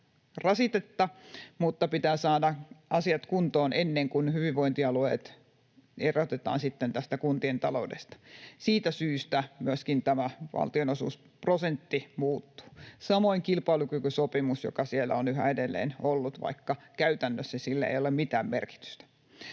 rasitetta, mutta pitää saada asiat kuntoon ennen kuin hyvinvointialueet erotetaan sitten tästä kuntien taloudesta. Siitä syystä myöskin tämä valtionosuusprosentti muuttuu, samoin kilpailukykysopimus, joka siellä on yhä edelleen ollut, vaikka käytännössä sillä ei ole mitään merkitystä.